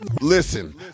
Listen